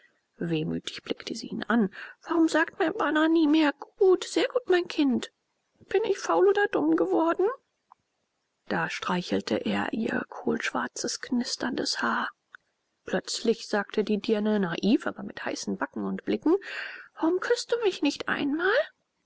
wehmütig blickte sie ihn an warum sagt mein bana nie mehr gut sehr gut mein kind bin ich faul oder dumm geworden da streichelte er ihr kohlschwarzes knisterndes haar plötzlich sagte die dirne naiv aber mit heißen backen und blicken warum küßt du mich nicht einmal